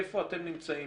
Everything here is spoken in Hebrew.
איפה אתם נמצאים,